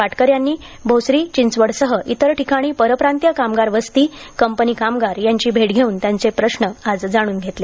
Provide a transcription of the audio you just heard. पाटकर यांनी भोसरी चिंचवडसह इतर ठिकाणी परप्रांतीय कामगार वस्ती कंपनी कामगार यांची भेट घेऊन त्यांचे प्रश्न जाणून घेतले